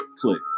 Click